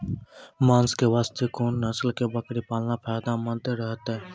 मांस के वास्ते कोंन नस्ल के बकरी पालना फायदे मंद रहतै?